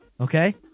okay